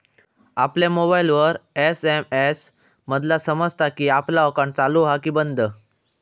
आपल्या मोबाईलवर एस.एम.एस मधना समजता कि आपला अकाउंट चालू हा कि बंद